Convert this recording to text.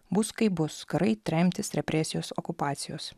bus kaip bus karai tremtys represijos okupacijos